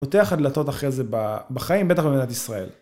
פותח לך דלתות אחרי זה בחיים בטח במדינת ישראל.